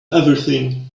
everything